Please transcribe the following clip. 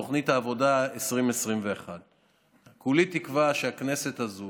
לתוכנית העבודה 2021. כולי תקווה שהכנסת הזו